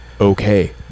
okay